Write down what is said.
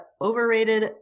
overrated